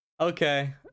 Okay